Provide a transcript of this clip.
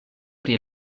pri